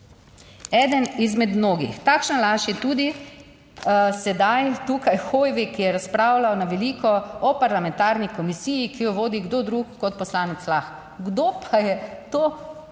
Eden izmed mnogih, takšna laž je tudi, sedaj tukaj Hoivik je razpravljal na veliko o parlamentarni komisiji, ki jo vodi kdo drug kot poslanec Lah. Kdo pa je to parlamentarno